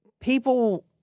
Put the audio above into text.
people